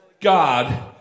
God